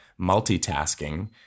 multitasking